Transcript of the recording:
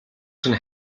чинь